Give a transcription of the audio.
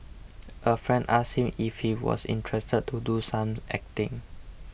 a friend asked him if he was interested to do some acting